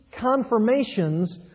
confirmations